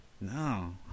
No